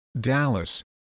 Dallas